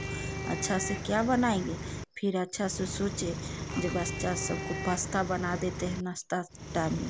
अच्छा से क्या बनाएँगे फिर अच्छा सो सोचे जे बच्चा सबको पस्ता बना देते हैं नाश्ता टाइम में